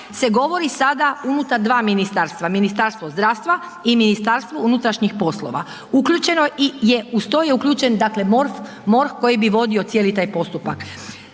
se govori sada unutar dva ministarstva, Ministarstvo zdravstva i Ministarstvo unutrašnjih poslova. Uz to je uključen dakle MORH koji bi vodio cijeli taj postupak.